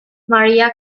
maria